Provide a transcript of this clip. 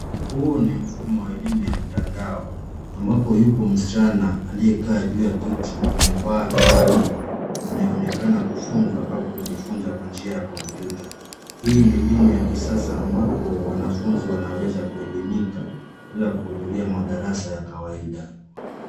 huu ni mfumo wa elimu ya mtandao ambapo yupo msichana aliyekaa juu ya kiti akivaa miwani anaonekana kufunzwa au kujifunza kwa njia ya kompyuta hii ni mbinu ya kisasa ambapo wanafunzi wanaweza kuelimika bila kuhudhuria madarasa ya kawaida